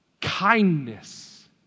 kindness